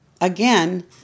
again